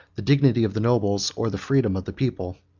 the dignity of the nobles, or the freedom of the people.